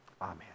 Amen